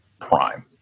prime